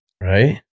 right